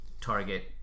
target